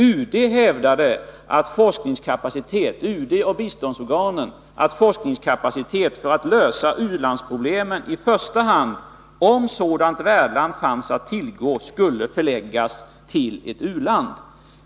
UD och biståndsorganen hävdade att forskningskapaciteten för att lösa u-landsproblemen i första hand skulle förläggas till ett u-land, om ett sådant värdland fanns att tillgå.